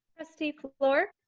trustee fluor